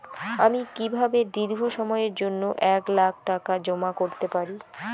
আমি কিভাবে দীর্ঘ সময়ের জন্য এক লাখ টাকা জমা করতে পারি?